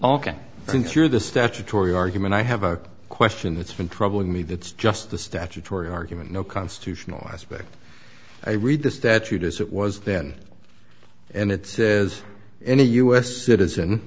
you're the statutory argument i have a question that's been troubling me that's just the statutory argument no constitutional aspect i read the statute as it was then and it says any u s citizen